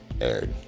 aired